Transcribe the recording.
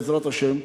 בעזרת השם,